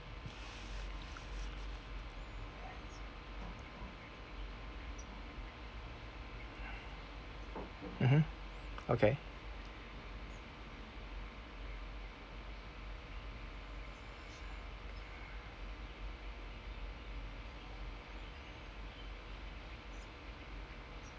mmhmm okay